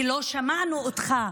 ולא שמענו אותך,